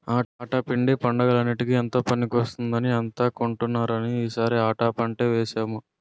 ఆటా పిండి పండగలన్నిటికీ ఎంతో పనికొస్తుందని అంతా కొంటున్నారని ఈ సారి ఆటా పంటే వేసాము